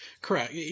Correct